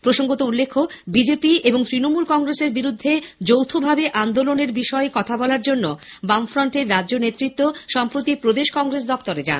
প্রসঙ্গত উল্লেখ্য বিজেপি এবং তৃণমূল কংগ্রেসের বিরুদ্ধে যৌথভাবে আন্দোলনের বিষয়ে কথা বলার জন্য ফ্রন্টের রাজ্য নেতৃত্ব সম্প্রতি প্রদেশ কংগ্রেস দফতরে যান